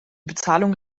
bezahlung